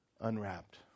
unwrapped